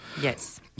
yes